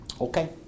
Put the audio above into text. Okay